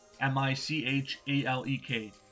M-I-C-H-A-L-E-K